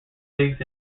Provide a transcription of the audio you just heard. leagues